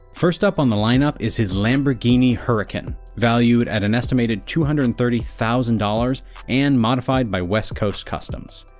first up on the line-up is his lamborghini huracan, valued at an estimated two hundred and thirty thousand dollars and modified by west coast customs.